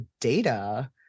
data